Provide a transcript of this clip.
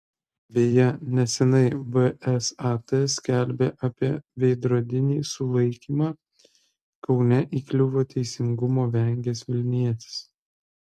beje neseniai vsat skelbė apie veidrodinį sulaikymą kaune įkliuvo teisingumo vengęs vilnietis